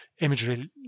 imagery